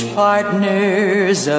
partners